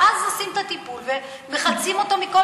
ואז עושים את הטיפול ומחלצים אותו מכל